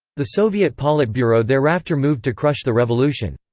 the soviet politburo thereafter moved to crush the revolution.